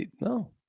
No